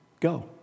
Go